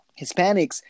Hispanics